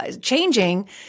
changing